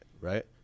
Right